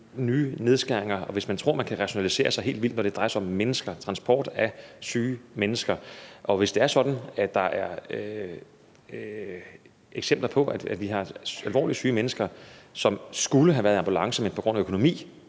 nye nedskæringer. Og hvis man tror, at man kan rationalisere så helt vildt, når det drejer sig om mennesker og transport af syge mennesker, og hvis det er sådan, at der er eksempler på, at vi har alvorligt syge mennesker, som skulle have været kørt i ambulance, men på grund af økonomi